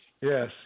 Yes